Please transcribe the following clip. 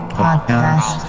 Podcast